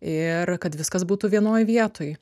ir kad viskas būtų vienoj vietoj